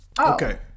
Okay